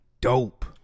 Dope